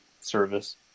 service